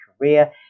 career